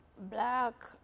black